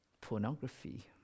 pornography